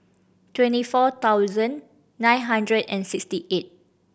twenty four thousand nine hundred and sixty eight